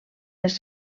les